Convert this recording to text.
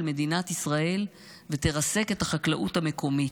מדינת ישראל ותרסק את החקלאות המקומית.